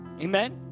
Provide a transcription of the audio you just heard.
Amen